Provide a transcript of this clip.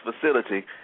facility